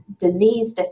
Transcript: disease